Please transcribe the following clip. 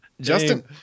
Justin